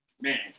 man